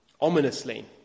ominously